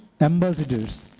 Ambassadors